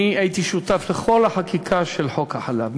אני הייתי שותף לכל החקיקה של חוק החלב,